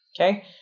okay